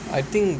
I think